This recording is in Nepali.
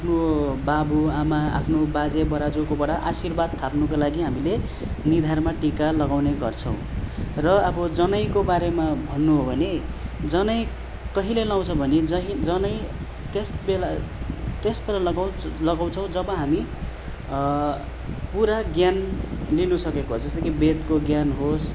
आफ्नो बाबु आमा आफ्नो बाजे बराजुकोबाट आशीर्बाद थाप्नको लागि हामीले निधारमा टिका लगाउने गर्छौँ र अब जनैको बारेमा भन्नु हो भने जनै कहिले लाउँछ भने जनै त्यसबेला त्यसबेला लगाउँच लगाउँछौ जब हामी पुरा ज्ञान लिनु सकेको जस्तो कि वेदको ज्ञान होस्